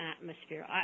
atmosphere